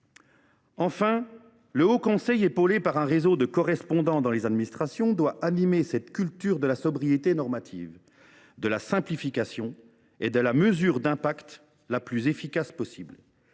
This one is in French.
Enfin, le haut conseil, épaulé par un réseau de correspondants dans les administrations, doit animer cette culture de la sobriété normative, de la simplification et de la mesure d’impact la plus efficace possible.